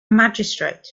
magistrate